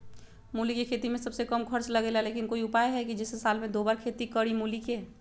मूली के खेती में सबसे कम खर्च लगेला लेकिन कोई उपाय है कि जेसे साल में दो बार खेती करी मूली के?